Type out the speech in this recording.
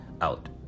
out